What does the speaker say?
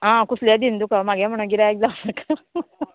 आं कुसले दीन तुका मागे म्हणोन गिऱ्याक जावनाका